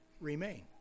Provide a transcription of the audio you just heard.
remain